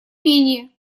менее